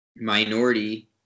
minority